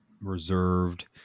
reserved